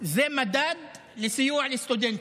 זה מדד לסיוע לסטודנטים.